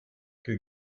que